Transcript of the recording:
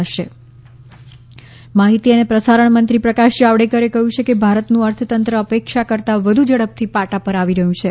પ્રકાશ Javadekar cabinet માહિતી અને પ્રસારણ મંત્રી પ્રકાશ જાવડેકરે કહ્યું છે કે ભારતનું અર્થતંત્ર અપેક્ષા કરતાં વધુ ઝડપથી પાટાં પર આવી રહ્યું છે